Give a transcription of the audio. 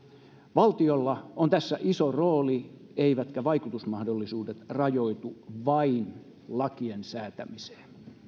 valtiolla on tässä iso rooli eivätkä vaikutusmahdollisuudet rajoitu vain lakien säätämiseen